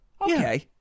Okay